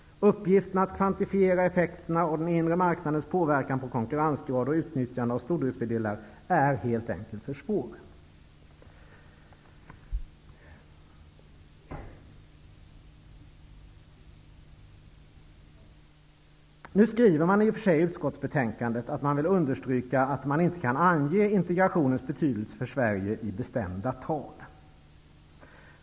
Uppgiften att kvantifiera effekterna av den inre marknadens påverkan på konkurrensgrad och utnyttjande av stordriftsfördelar är helt enkelt för svår.'' I utskottsbetänkandet står det i och för sig att man vill understryka att man inte kan ange integrationens betydelse för Sverige i bestämda tal.